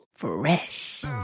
fresh